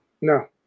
No